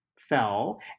fell